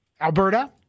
Alberta